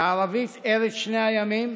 בערבית: ארץ שני הימים,